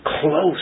Close